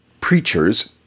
preachers